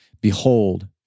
Behold